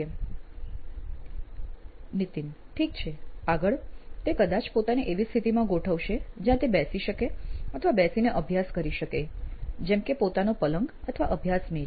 નીતિન ઠીક છે આગળ તે કદાચ પોતાને એવી સ્થિતિમાં ગોઠવશે જ્યાં તે બેસી શકે અથવા બેસીને અભ્યાસ કરી શકે જેમ કે પોતાનો પલંગ અથવા અભ્યાસ મેજ